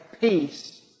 peace